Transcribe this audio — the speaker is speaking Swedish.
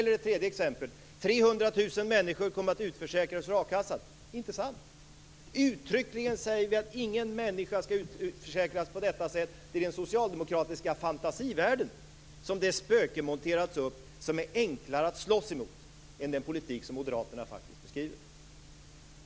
Ett tredje exempel: 300 000 människor kommer att utförsäkras ur a-kassan. Det är inte sant! Uttryckligen säger vi att ingen människa skall utförsäkras på detta sätt. Det är i den socialdemokratiska fantasivärlden som det spöke monterats upp som det är enklare att slåss emot än den politik som Moderaterna faktiskt beskriver.